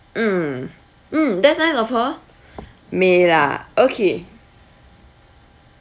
mm mm that's nice of her may lah okay